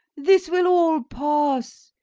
this will all pass.